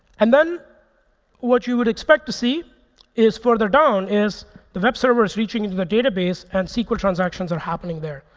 and then what you would expect to see is further down is the web server is reaching into the database and sql transactions are happening there.